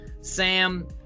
sam